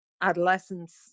adolescence